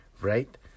right